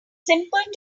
simple